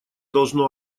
должно